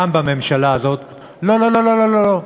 גם בממשלה הזאת: לא לא לא,